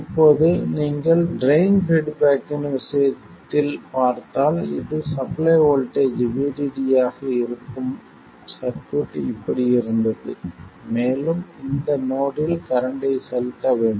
இப்போது நீங்கள் ட்ரைன் பீட்பேக்கின் விஷயத்தில் பார்த்தால் இது சப்ளை வோல்ட்டேஜ் VDD ஆக இருக்கும் சர்க்யூட் இப்படி இருந்தது மேலும் இந்த நோடில் கரண்ட்டை செலுத்த வேண்டும்